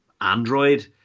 android